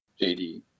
JD